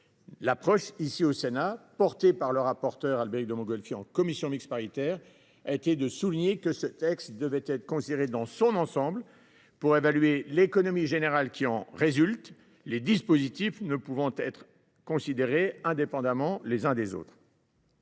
L’approche du Sénat, défendue par son rapporteur en commission mixte paritaire, consiste à souligner que ce texte doit être considéré dans son ensemble pour évaluer l’économie générale qui en résulte, les dispositifs ne pouvant être considérés indépendamment les uns des autres.